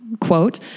quote